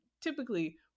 typically